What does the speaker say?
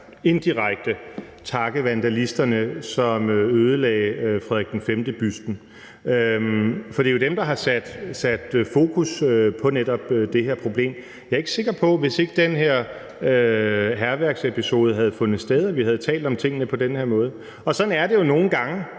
indirekte takke vandalerne , som ødelagde Frederik V-busten, for det er jo dem, der har sat fokus på netop det her problem. Jeg er ikke sikker på, at vi, hvis ikke den her hærværksepisode havde fundet sted, havde talt om tingene på den her måde. Sådan er det jo nogle gange: